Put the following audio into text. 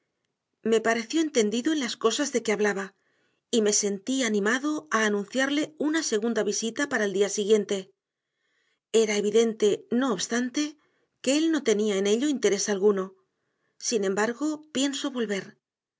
me pareció entendido en las cosas de que hablaba y me sentí animado a anunciarle una segunda visita para el día siguiente era evidente no obstante que él no tenía en ello interés alguno sin embargo pienso volver